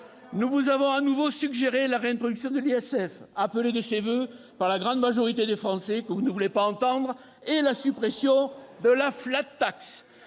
Nous vous avons de nouveau suggéré la réintroduction de l'ISF, appelée de ses voeux par la grande majorité des Français, que vous ne voulez pas entendre, et la suppression de la.